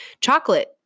Chocolate